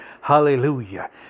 Hallelujah